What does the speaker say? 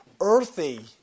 earthy